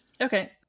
Okay